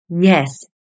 yes